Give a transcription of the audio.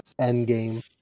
Endgame